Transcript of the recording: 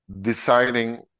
deciding